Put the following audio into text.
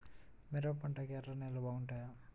మిరప పంటకు ఎర్ర నేలలు బాగుంటాయా?